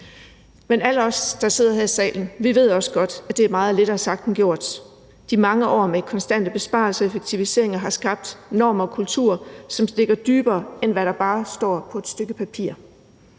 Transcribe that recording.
Men alle os, der sidder her i salen, ved også godt, at det er meget lettere sagt end gjort. De mange år med konstante besparelser og effektiviseringer har skabt normer og kulturer, som stikker dybere, end hvad der bare står på et stykke papir.